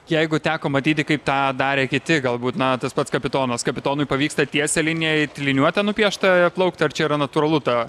jeigu teko matyti kaip tą darė kiti galbūt na tas pats kapitonas kapitonui pavyksta tiesia linija it liniuote nupiešta plaukti ar čia yra natūralu ta